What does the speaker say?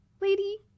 Lady